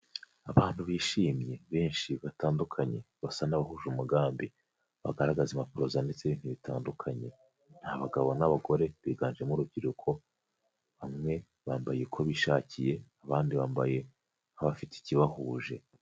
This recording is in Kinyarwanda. Abantu bishimye, benshi batandukanye, basa n'abahuje umugambi, bagaragaza impapuro zanditseho ibintu bitandukanye. Ni abagabo n'abagore biganjemo urubyiruko, bamwe bambaye uko bishakiye abandi bambaye nk'abafite ikibahuje.